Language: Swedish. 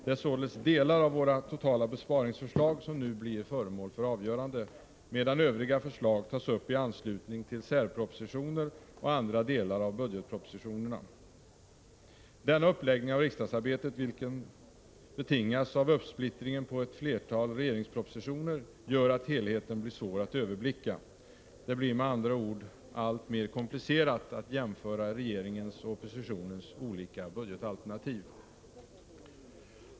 Det är således delar av våra totala besparingsförslag som nu blir föremål för avgörande, medan övriga förslag tas upp i anslutning till särpropositioner och andra delar av budgetpropositionen. Denna uppläggning av riksdagsarbetet, vilken betingas av uppsplittringen på ett flertal regeringspropositioner, gör att helheten blir svår att överblicka. Det blir med andra ord alltmer komplicerat att jämföra regeringens och oppositionens olika budgetalternativ.